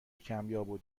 کمیاب